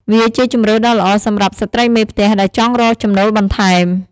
វាជាជម្រើសដ៏ល្អសម្រាប់ស្ត្រីមេផ្ទះដែលចង់រកចំណូលបន្ថែម។